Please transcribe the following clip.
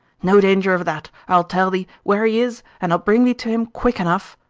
no danger of that! i'll tell thee where he is and i'll bring thee to him quick enough!